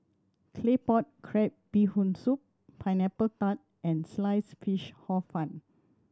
Claypot Crab Bee Hoon Soup Pineapple Tart and Sliced Fish Hor Fun